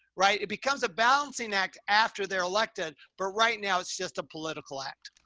right. it becomes a balancing act after they're elected. but right now it's just a political act.